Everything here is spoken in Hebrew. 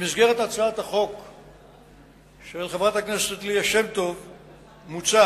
במסגרת הצעת החוק של חברת הכנסת ליה שמטוב מוצע,